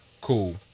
cool